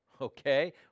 Okay